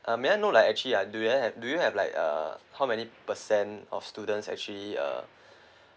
uh may I know like actually ah do you have do you have like uh how many percent of students actually uh